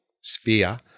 sphere